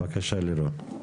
בבקשה, לירון.